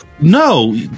No